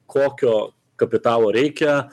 kokio kapitalo reikia